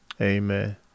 Amen